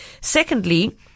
Secondly